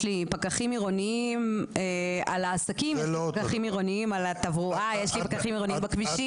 יש לי פקחים עירוניים על העסקים ופקחים עירוניים על התברואה ובכבישים,